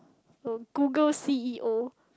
uh Google C_E_O